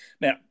Now